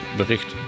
bericht